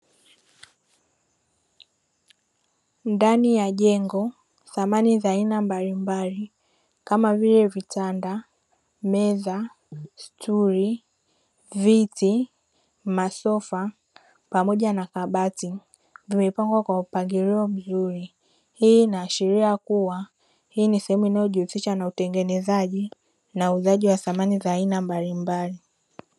Ndani ya jengo, samani za aina mbalimbali kama vile vitanda, meza, stuli, viti, masofa pamoja na kabati vimepangwa kwa mpangilio mzuri. Hii inaashiria kuwa hii ni sehemu inayojihusisha na utengenezaji na uuzaji wa samani za aina mbalimbali.